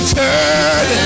turn